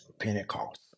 pentecost